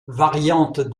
variantes